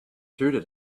through